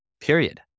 period